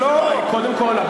קודם כול,